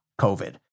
COVID